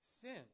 sin